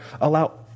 allow